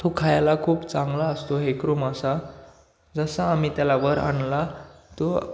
तो खायला खूप चांगला असतो हेकरू मासा जसं आम्ही त्याला वर आणला तो